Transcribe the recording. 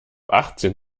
achtzehn